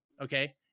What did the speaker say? Okay